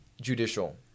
judicial